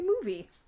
movie